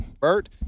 Bert